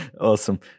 Awesome